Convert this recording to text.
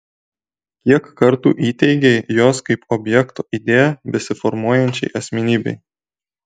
kiek kartų įteigei jos kaip objekto idėją besiformuojančiai asmenybei